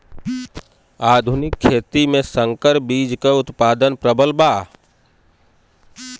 आधुनिक खेती में संकर बीज क उतपादन प्रबल बा